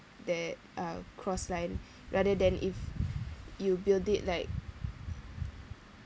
that uh cross line rather than if you build it like